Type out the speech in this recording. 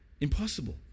Impossible